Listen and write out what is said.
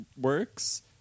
works